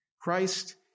Christ